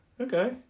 Okay